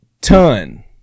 ton